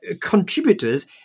contributors